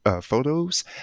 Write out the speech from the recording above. photos